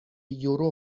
یورو